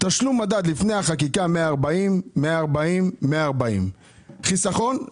תשלום מדד לפני החקיקה 140,000 שקל בכל אחד מהמקומות.